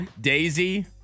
Daisy